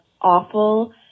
awful